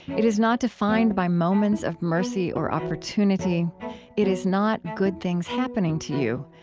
it is not defined by moments of mercy or opportunity it is not good things happening to you.